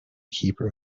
keeper